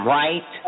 right